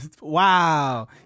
Wow